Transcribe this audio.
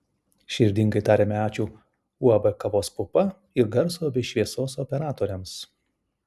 širdingai tariame ačiū uab kavos pupa ir garso bei šviesos operatoriams